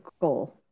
goal